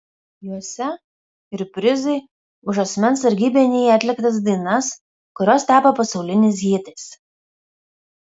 juose ir prizai už asmens sargybinyje atliktas dainas kurios tapo pasauliniais hitais